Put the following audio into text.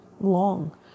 long